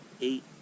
eight